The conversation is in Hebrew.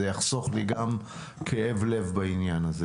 זה יחסוך לי גם כאב לב בעניין הזה,